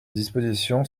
dispositions